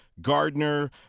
Gardner